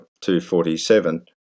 247